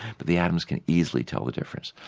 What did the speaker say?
but the atoms can easily tell the difference.